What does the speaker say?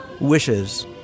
Wishes